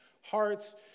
hearts